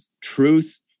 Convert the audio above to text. truth